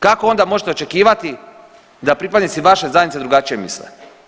Kako onda možete očekivati da pripadnici vaše zajednice drugačije misle?